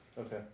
Okay